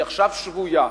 היא עכשיו שבויה.